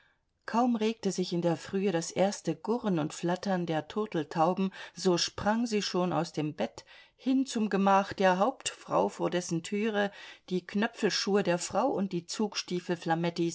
kaum regte sich in der frühe das erste gurren und flattern der turteltauben so sprang sie schon aus dem bett hin zum gemach der hauptfrau vor dessen türe die knöpfelschuhe der frau und die